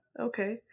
Okay